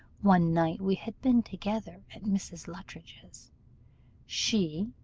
one night we had been together at mrs. luttridge's she,